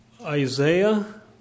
Isaiah